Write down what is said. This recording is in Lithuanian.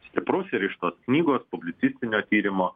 stiprus įrištos knygos publicistinio tyrimo